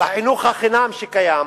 בחינוך החינם שקיים,